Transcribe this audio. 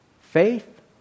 Faith